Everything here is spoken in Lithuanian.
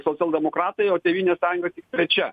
socialdemokratai o tėvynės sąjunga tik trečia